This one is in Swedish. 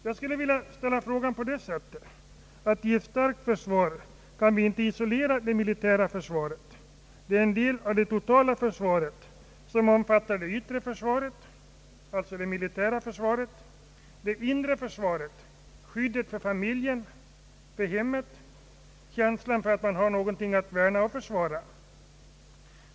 Jag skulle vilja säga att vi i ett starkt försvar inte kan isolera det militära försvaret, som utgör en del av det totala försvaret och som ger det yttre försvaret. Det inre försvaret avser ju skyddet för familjen, för hemmet och återspeglas av känslan att man har någonting att värna.